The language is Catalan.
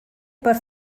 per